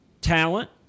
Talent